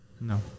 No